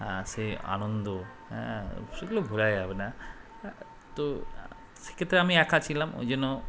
সেই আনন্দ হ্যাঁ সেগুলো ভোলা যাবে না তো সেক্ষেত্রে আমি একা ছিলাম ওই জন্য